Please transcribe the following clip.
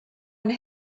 and